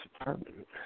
apartment